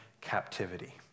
captivity